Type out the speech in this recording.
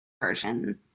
version